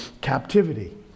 captivity